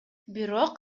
бирок